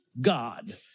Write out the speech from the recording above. God